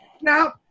Now